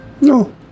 No